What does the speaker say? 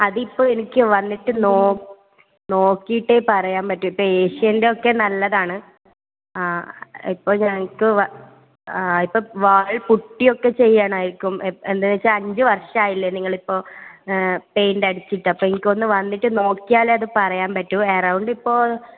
അതിപ്പം എനിക്ക് വന്നിട്ട് നോ നോക്കിയിട്ടേ പറയാൻ പറ്റൂ ഇപ്പോൾ ഏഷ്യൻറ്റെയൊക്കെ നല്ലതാണ് ആ ഇപ്പോൾ ഞങ്ങൾക്ക് ആ ഇപ്പോൾ വാൾ പുട്ടിയൊക്കെ ചെയ്യണമായിരിക്കും ഇപ്പം എന്താണെന്നുവെച്ചാൽ അഞ്ച് വർഷമായില്ലേ നിങ്ങളിപ്പോൾ പെയിന്റ് അടിച്ചിട്ട് അപ്പോൾ എനിക്കൊന്ന് വന്നിട്ട് നോക്കിയാലേ അത് പറയാൻ പറ്റൂ എറൗണ്ട് ഇപ്പോൾ